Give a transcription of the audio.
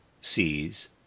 sees